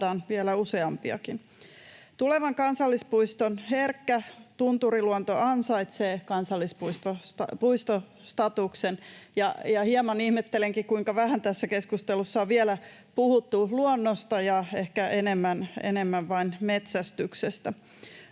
saadaan vielä useampiakin. Tulevan kansallispuiston herkkä tunturiluonto ansaitsee kansallispuistostatuksen, ja hieman ihmettelenkin, kuinka vähän tässä keskustelussa on vielä puhuttu luonnosta, ehkä enemmän vain metsästyksestä.